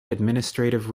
administrative